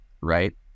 right